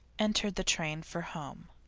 entered the train for home.